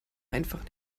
einfach